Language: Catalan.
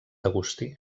agustí